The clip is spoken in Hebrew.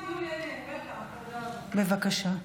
בבקשה.